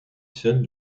celle